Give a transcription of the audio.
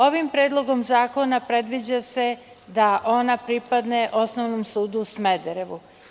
Ovim predlogom zakona predviđa se da ona pripadne Osnovnom sudu u Smederevu.